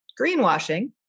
greenwashing